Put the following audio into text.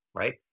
right